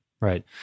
right